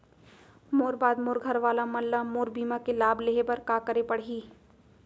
मोर बाद मोर घर वाला मन ला मोर बीमा के लाभ लेहे बर का करे पड़ही?